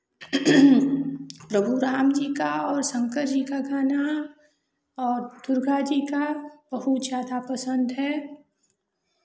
प्रभु राम जी का और शंकर जी का गाना और दुर्गा जी का बहुत ज़्यादा पसन्द है